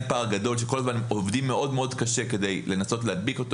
פער גדול שכל הזמן עובדים מאוד קשה כדי לנסות להדביק פה.